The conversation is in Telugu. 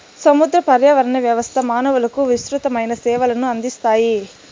సముద్ర పర్యావరణ వ్యవస్థ మానవులకు విసృతమైన సేవలను అందిస్తాయి